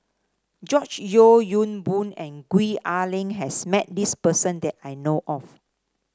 George Yeo Yong Boon and Gwee Ah Leng has met this person that I know of